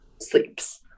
sleeps